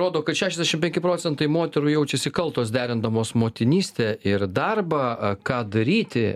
rodo kad šešiasdešim penki procentai moterų jaučiasi kaltos derindamos motinystę ir darbą ką daryti